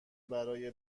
برای